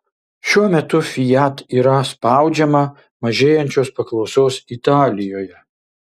šiuo metu fiat yra spaudžiama mažėjančios paklausos italijoje